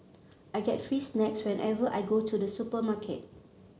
I get free snacks whenever I go to the supermarket